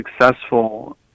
successful